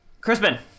Crispin